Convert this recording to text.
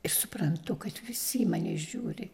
ir suprantu kad visi į mane žiūri